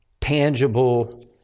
tangible